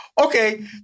okay